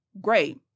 great